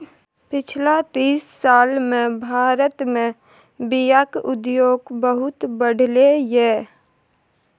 पछिला तीस साल मे भारत मे बीयाक उद्योग बहुत बढ़लै यै